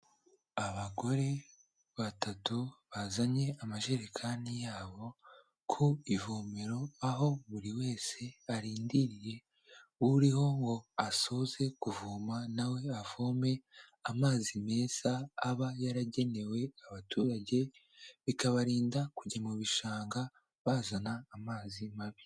Abagore batatu bazanye amajerekani yabo ku ivomero, aho buri wese arindiriye uriho ngo asoze kuvoma na we avome amazi meza aba yaragenewe abaturage, bikabarinda kujya mu bishanga bazana amazi mabi.